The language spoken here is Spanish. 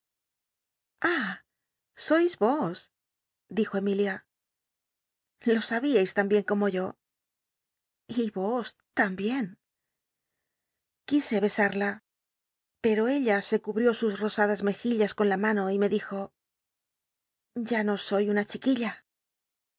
sois os dijo emitía lo sabíais tan bien como yo y os tambien quise besarla pero ella se cubrió sus rosadas mejillas con la mano y me dijo ya no soy una chiquilla